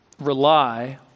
Rely